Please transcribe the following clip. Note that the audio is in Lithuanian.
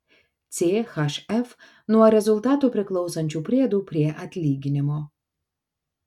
chf nuo rezultatų priklausančių priedų prie atlyginimo